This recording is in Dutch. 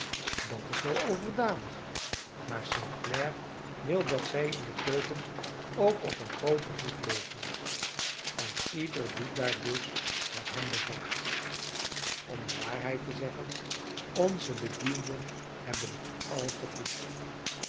dat is wel overdadig maar st clare wil dat zij in de keuken ook op een grooten voet leven en ieder doet daar dus wat hem bevalt om de waarheid te zeggen onze bedienden hebben het al te goed